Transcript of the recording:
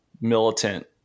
militant